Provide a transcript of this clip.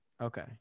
Okay